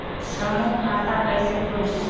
समूह खाता कैसे खुली?